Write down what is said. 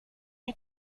you